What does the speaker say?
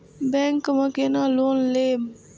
Bank में केना loan लेम?